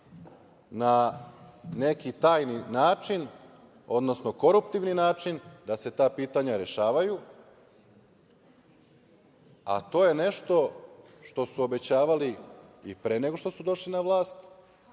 na neki tajni način, odnosno koruptivni način, da se ta pitanja rešavaju, a to je nešto što su obećavali i pre nego što su došli na vlast